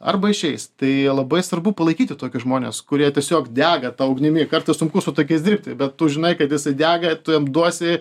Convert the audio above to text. arba išeis tai labai svarbu palaikyti tokius žmones kurie tiesiog dega ta ugnimi kartais sunku su tokiais dirbti bet tu žinai kad jisai dega tu jam duosi